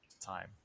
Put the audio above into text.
time